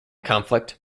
conflict